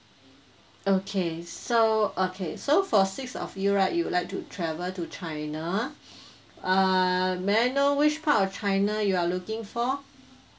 okay so okay so for six of you right you would like to travel to china uh may I know which part of china you are looking for